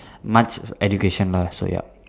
much education no lah so yup